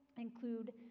include